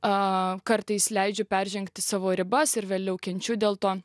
o kartais leidžiu peržengti savo ribas ir vėliau kenčiu dėl to